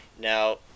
Now